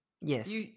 Yes